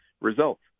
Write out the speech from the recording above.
results